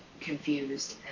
confused